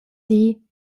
dir